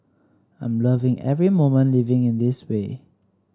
I'm loving every moment living in this way